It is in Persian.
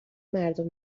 مردم